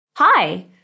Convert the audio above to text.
Hi